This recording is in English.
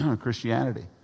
Christianity